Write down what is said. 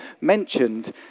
mentioned